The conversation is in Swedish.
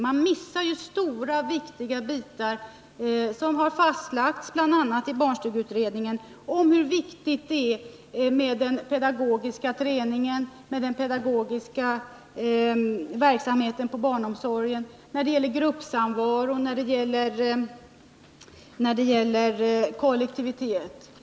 Man missar ju stora viktiga bitar som har fastlagts bl.a. i barnstugeutredningen — hur väsentligt det är med den pedagogiska träningen, den pedagogiska verksamheten inom barnomsorgen när det gäller gruppsamvaro och kollektivitet.